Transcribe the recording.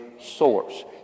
source